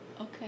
Okay